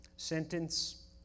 Sentence